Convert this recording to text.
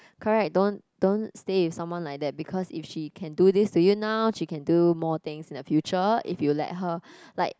correct don't don't stay with someone like that because if she can do this to you now she can do more things in the future if you let her like